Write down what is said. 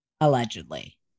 allegedly